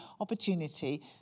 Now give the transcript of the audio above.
opportunity